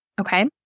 okay